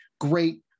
great